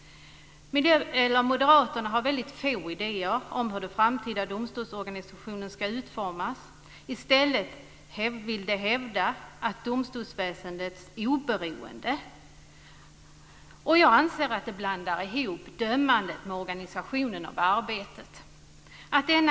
Moderaterna har väldigt få idéer om hur den framtida domstolsorganisationen ska utformas. I stället vill de hävda domstolsväsendets oberoende. Jag anser att man blandar ihop den dömande verksamheten med arbetets organisation.